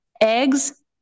eggs